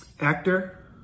actor